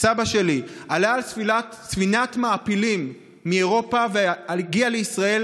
סבא שלי עלה על ספינת מעפילים מאירופה והגיע לישראל